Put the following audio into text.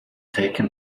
taken